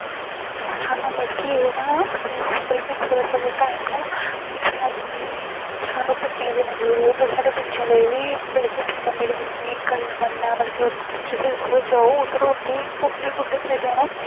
सानूं मतलब कि एह् ना अपनी मतलब कि थोह्ड़ा थोह्ड़ा टाईम अपना फैमली दी बी सानूं बच्चें गी देना जरूरी होंदा साढ़े बच्चें लेई बी मतलब कि अपने मम्मी डैडियें दी गल्ल मन्नन मतलब कि जित्थै जित्थै तुस जाओ उं'दे कन्नै जाना